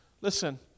Listen